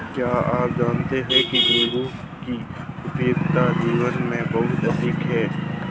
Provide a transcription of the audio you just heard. क्या आप जानते है नीबू की उपयोगिता जीवन में बहुत अधिक है